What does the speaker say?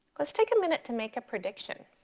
let's take a minute to make a prediction.